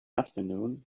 afternoon